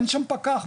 אין שם פקח,